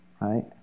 right